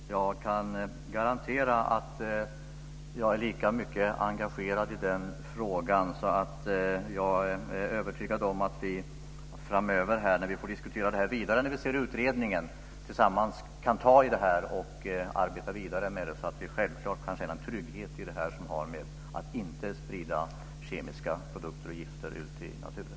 Fru talman! Jag kan garantera att jag är lika engagerad i den frågan. Jag är övertygad om att vi framöver, när vi får diskutera frågan vidare efter att ha sett utredningen, tillsammans ska kunna ta tag i frågan och arbeta vidare med den. Självklart ska vi kunna känna en trygghet när det gäller att man inte sprider kemiska produkter och gift i naturen.